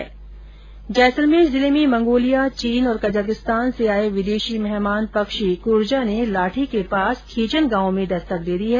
जैसलमेर जिले में मंगोलिया चीन और कजाकिस्तान से आये विदेशी मेहमान पक्षी कुरजां ने लाठी के पास खीचन गांव में दस्तक दे दी है